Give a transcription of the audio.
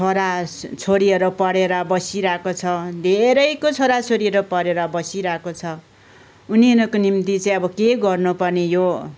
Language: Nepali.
छोरा छोरीहरू पढेर बसिरहेको छ धेरैको छोरा छोरीहरू पढेर बसिरहेको छ उनीहरूको निम्ति चाहिँ अब के गर्नु पर्ने यो